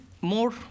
more